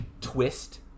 twist